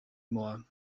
more